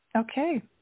Okay